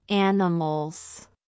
animals